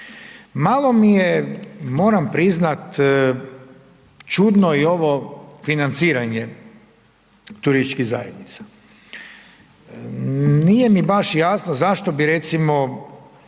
Malo mi je, moram priznat čudno i ovo financiranje turističkih zajednica, nije mi baš jasno zašto bi recimo